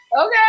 Okay